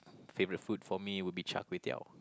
favourite food for me would be Char-Kway-Teow